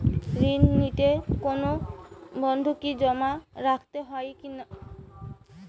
ঋণ নিতে কোনো বন্ধকি জমা রাখতে হয় কিনা?